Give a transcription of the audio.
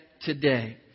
today